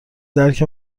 درک